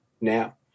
now